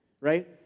right